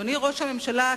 אדוני ראש הממשלה,